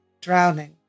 drowning